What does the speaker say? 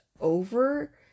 over